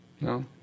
No